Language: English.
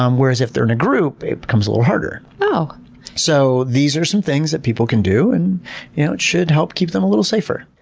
um whereas if they're in a group it becomes a little harder. so these are some things that people can do and you know it should help keep them a little safer.